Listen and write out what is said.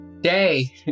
day